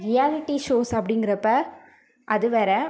reality shows அப்படிங்கிறப்ப அது வேறு